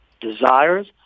desires